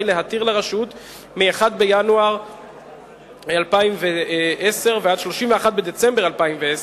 להתיר לרשות מ-1 בינואר 2010 ועד 31 בדצמבר 2010,